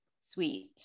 sweet